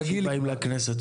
אנחנו לא מתחשבים בייצור בפועל,